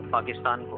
Pakistan